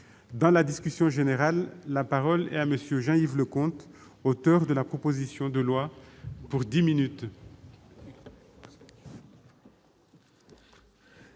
Dans la discussion générale, la parole est à M. Jean-Yves Leconte, auteur de la proposition de loi. Monsieur